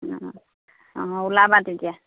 অঁ ওলাবা তেতিয়া